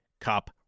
Cup